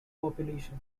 population